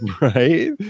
Right